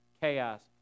chaos